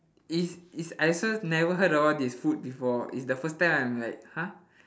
it's it's I also never heard of about this food before it's the first time I'm like !huh!